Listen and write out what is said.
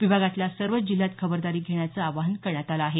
विभागातल्या सर्वच जिल्ह्यांत खबरदारी घेण्याचं आवाहन करण्यात आलं आहे